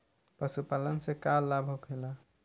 पशुपालन से का लाभ होखेला?